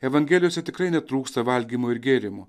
evangelijose tikrai netrūksta valgymo ir gėrimų